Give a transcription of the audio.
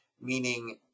meaning